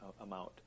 amount